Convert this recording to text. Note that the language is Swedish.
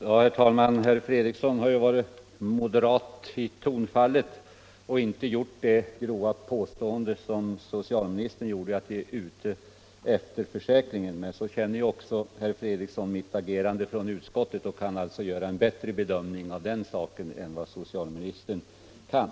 Herr talman! Herr Fredriksson har ju varit moderat i tonfallet och inte gjort det grova påstående som socialministern gjorde — att vi är ute efter försäkringen. Men så känner ju också herr Fredriksson mitt agerande från utskottet och kan alltså göra en bättre bedömning av den saken än vad socialministern kan.